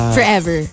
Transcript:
Forever